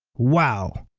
wow!